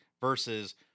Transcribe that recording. versus